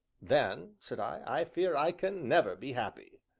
then, said i, i fear i can never be happy.